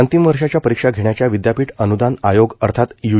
अंतिम वर्षांच्या परीक्षा घेण्याच्या विदयापीठ अनुदान आयोग अर्थात यू